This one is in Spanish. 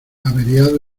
averiado